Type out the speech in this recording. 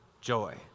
joy